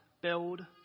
build